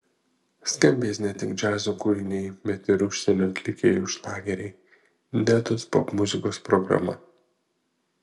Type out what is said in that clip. skambės ne tik džiazo kūriniai bet ir užsienio atlikėjų šlageriai nedos popmuzikos programa